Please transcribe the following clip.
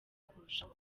kurushaho